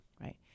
Right